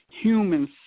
humans